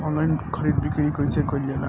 Online खरीद बिक्री कइसे कइल जाला?